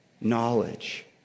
knowledge